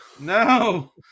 No